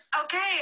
okay